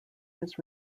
his